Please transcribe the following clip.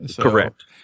correct